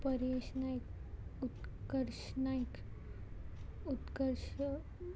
Paresh Naik Utkarsh Naik Utkarsh